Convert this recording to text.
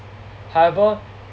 however